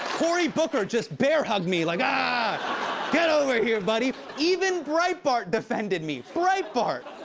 cory booker just bear hugged me like. ah get over here, buddy. even breitbart defended me. breitbart!